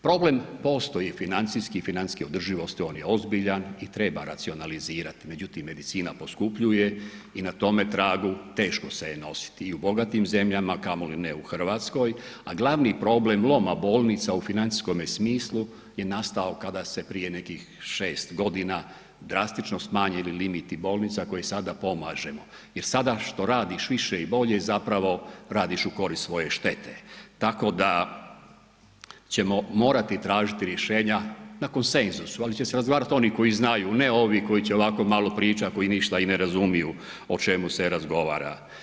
Problem postoji financijski, financijske održivosti, on je ozbiljan i treba racionalizirat, međutim medicina poskupljuje i na tome tragu teško se je nositi i u bogatim zemljama, kamoli ne u RH, a glavni problem loma bolnica u financijskome smislu je nastao kada se prije nekih 6.g. drastično smanjili limiti bolnica koje sada pomažemo jer sada što radiš više i bolje zapravo radiš u korist svoje štete, tako da ćemo morati tražiti rješenja na konsenzusu, ali će se razgovarati oni koji znaju, ne ovi koji će ovako malo pričat, koji ništa i ne razumiju o čemu se razgovara.